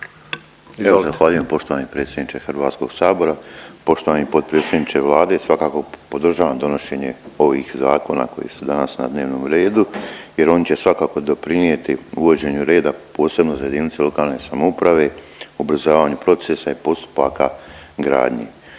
Evo, zahvaljujem poštovani predsjedniče Hrvatskog sabora. Poštovani potpredsjedniče Vlade svakako podržavam donošenje ovih zakona koji su danas na dnevnom redu jer oni će svakako doprinijeti uvođenju reda posebno za jedinice lokalne samouprave, ubrzavanje procesa i postupaka gradnje.